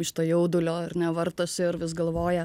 iš to jaudulio ar ne vartosi ir vis galvoja